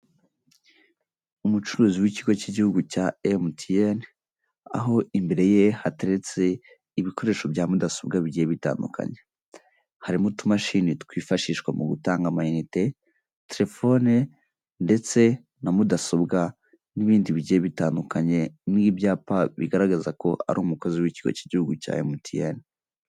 Umucuruzi w'ikigo k'igihugu cya MTN, aho imbere ye hateretse ibikoresho bya mudasobwa bigiye bitandukanye, harimo utumamashini twifashishwa mu gutanga amayinite, terefone ndetse na mudasobwa n'ibindi bigiye bitandukanye nk'ibyapa bigaragaza ko ari umukozi w'ikigo k'igihugu cya MTN.